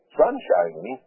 sunshiny